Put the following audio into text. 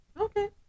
Okay